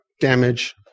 damage